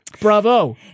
Bravo